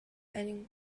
and